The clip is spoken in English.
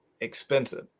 expensive